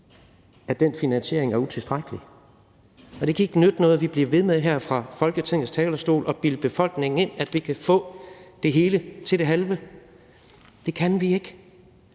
at den finansiering er utilstrækkelig. Det kan ikke nytte noget, at vi bliver ved med her fra Folketingets talerstol at bilde befolkningen ind, at vi kan få det hele til det halve. Det kan vi ikke.